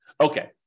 Okay